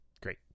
Great